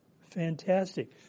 Fantastic